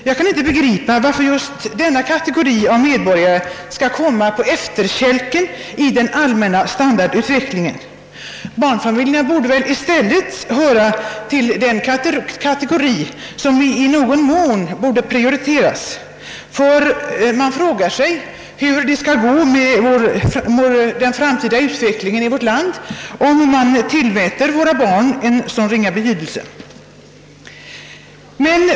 Jag kan inte begripa varför just denna kategori medborgare skall komma på efterkälken i den allmänna standardutvecklingen. Barnfamiljerna borde väl i stället höra till de kategorier som i någon mån borde prioriteras. Man kan nämligen fråga sig, hur det skall gå med den framtida utvecklingen i vårt land, om våra barn tillmäts en så ringa betydelse.